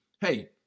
Hey